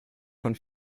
von